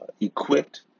equipped